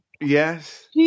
Yes